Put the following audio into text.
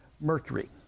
mercury